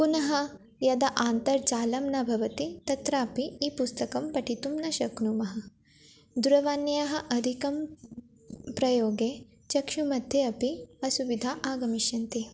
पुनः यदा अन्तर्जालं न भवति तत्रापि इ पुस्तकं पठितुं न शक्नुमः दूरवाण्याः अधिकप्रयोगे चक्षुमध्ये अपि असुविधाः आगमिष्यन्ति